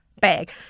bag